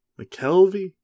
McKelvey